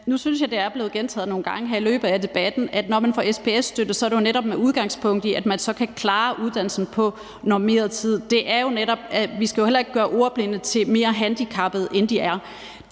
Nu synes jeg, at det er blevet gentaget nogle gange i løbet af debatten, at når man får SPS-støtte, er det jo netop med udgangspunkt i, at man så kan klare uddannelsen på normeret tid. Vi skal heller ikke gøre ordblinde til mere handicappede, end de er.